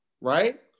right